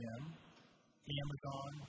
Amazon